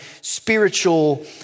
spiritual